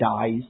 dies